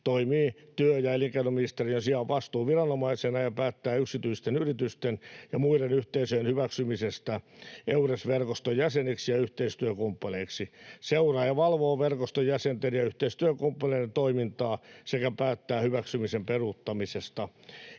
toimii työ‑ ja elinkeinoministeriön sijaan vastuuviranomaisena ja päättää yksityisten yritysten ja muiden yhteisöjen hyväksymisestä Eures-verkoston jäseniksi ja yhteistyökumppaneiksi, seuraa ja valvoo verkoston jäsenten ja yhteistyökumppaneiden toimintaa sekä päättää hyväksymisen peruuttamisesta.